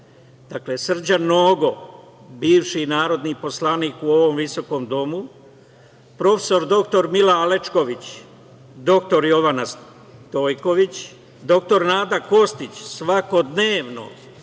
citat. Dakle, Srđan Nogo, bivši narodni poslanik u ovom visokom domu, prof. dr Mila Alečković, dr Jovana Stojković, dr Nada Kostić svakodnevno